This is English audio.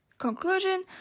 Conclusion